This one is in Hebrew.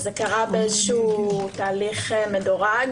זה קרה בתהליך מדורג,